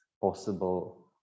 possible